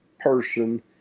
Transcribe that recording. person